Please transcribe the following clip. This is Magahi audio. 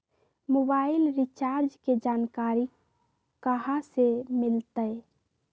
मोबाइल रिचार्ज के जानकारी कहा से मिलतै?